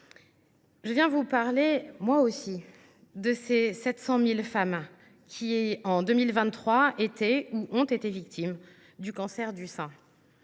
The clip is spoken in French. Je viens vous parler, à mon tour, des 700 000 femmes qui, en 2023, étaient ou ont été victimes du cancer du sein